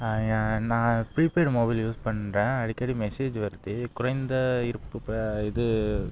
நான் நான் prepaid mobile use பண்ணுறேன் அடிக்கடி மெசேஜ் வருது குறைந்த இருப்பு இப்போ இது